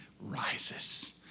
rises